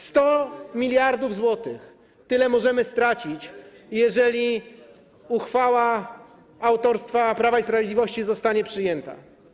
100 mld zł - tyle możemy stracić, jeżeli uchwała autorstwa Prawa i Sprawiedliwości zostanie przyjęta.